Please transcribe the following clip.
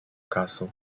castle